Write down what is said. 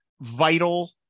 vital